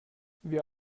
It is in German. wir